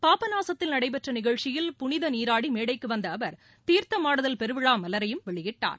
பாபநாசத்தில் நடைபெற்ற நிகழ்ச்சியில் புனித நீராடி மேடைக்கு வந்த அவர் தீர்த்தமாடுதல் பெருவிழா மலரையும் வெளியிட்டார்